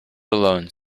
alone